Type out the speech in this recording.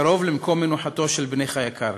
קרוב למקום מנוחתו של בנך היקר.